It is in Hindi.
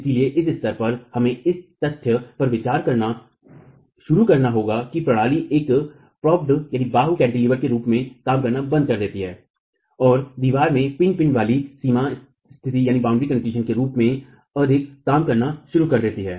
इसिलए इस स्तर पर हमें इस तथ्य पर विचार करना शुरू करना होगा कि प्रणाली एक प्रोपेल्ड बाहूकैंटीलीवर के रूप में काम करना बंद कर देता है और दीवार में पिन पिन वाली सीमा स्थित के रूप में अिधक काम करना शुरू कर देती है